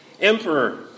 emperor